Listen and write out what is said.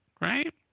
right